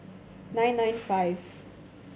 nine nine five